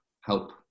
help